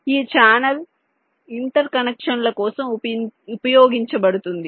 ఈ ఛానెల్ ఇంటర్ కనెక్షన్ల కోసం ఉపయోగించబడుతుంది